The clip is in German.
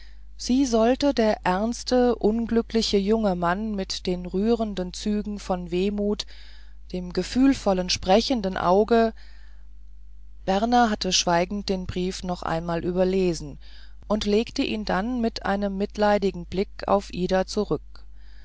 sie sollte der ernste unglückliche junge mann mit dem rührenden zuge von wehmut dem gefühlvollen sprechenden auge berner hatte schweigend den brief noch einmal überlesen und legte ihn dann mit einem mitleidigen blick auf ida zurück